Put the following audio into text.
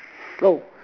slow